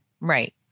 Right